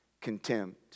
contempt